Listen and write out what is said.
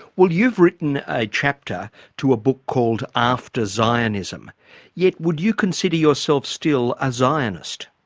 well you've written a chapter to a book called after zionism yet would you consider yourself still a zionist?